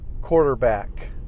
Quarterback